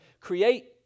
create